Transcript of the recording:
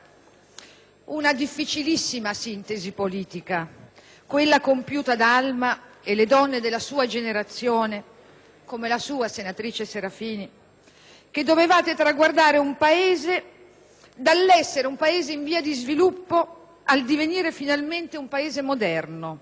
Una difficilissima sintesi politica, quella compiuta da Alma e dalle donne della sua generazione, come la sua, senatrice Serafini, che dovevate traguardare il Paese dall'essere un Paese in via di sviluppo al divenire finalmente un Paese moderno.